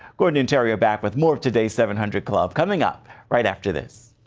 gordon and terry are back with more of today's seven hundred club, coming up right after this.